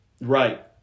Right